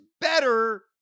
better